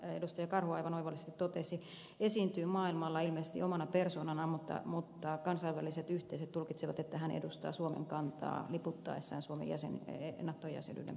karhu aivan oivallisesti totesi esiintyy maailmalla ilmeisesti omana persoonanaan mutta kansainväliset yhteisöt tulkitsevat että hän edustaa suomen kantaa liputtaessaan suomen nato jäsenyyden puolesta